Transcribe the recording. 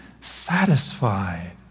satisfied